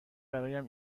برایم